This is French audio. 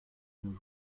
nos